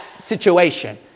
situation